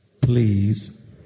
Please